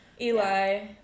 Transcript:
Eli